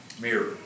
Mirror